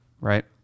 right